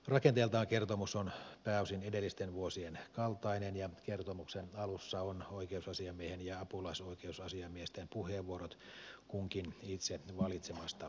rakenteeltaan kertomus on pääosin edellisten vuosien kaltainen ja kertomuksen alussa on oikeusasiamiehen ja apulaisoikeusasiamiesten puheenvuorot kunkin itse valitsemasta aiheesta